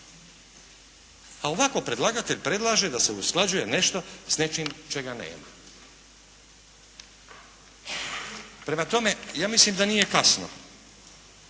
A ovako predlagatelj predlaže da se usklađuje nešto s nečim čega nema. Prema tome, ja mislim da nije kasno